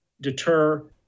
deter